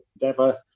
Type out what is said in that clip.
endeavour